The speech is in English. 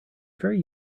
very